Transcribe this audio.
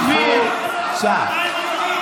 החוצה.